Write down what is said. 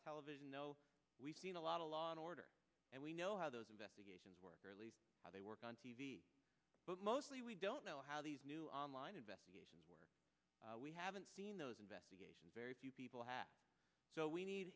of television we've seen a lot of law and order and we know how those investigations work how they work on t v but mostly we don't know how these new online investigations where we haven't seen those investigations very few people have so we need